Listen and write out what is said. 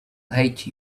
hate